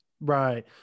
Right